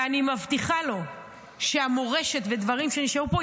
אני מבטיחה לו שהמורשת ודברים שנשארו פה,